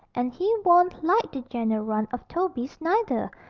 and he warn't like the general run of tobies neither,